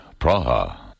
Praha